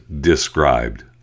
described